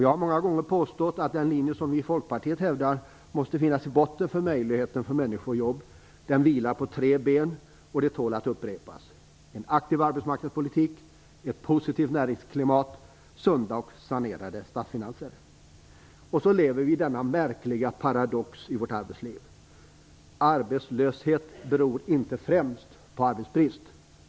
Jag har många gånger påstått att den linje som vi i Folkpartiet hävdar måste finnas i botten när det gäller människors möjligheter att få jobb. Den linjen vilar på tre ben som det tål att upprepas: en aktiv arbetsmarknadspolitik, ett positivt näringsklimat samt sunda och sanerade statsfinanser. Vi lever dock med en märklig paradox i vårt arbetsliv. Arbetslöshet beror inte främst på arbetsbrist.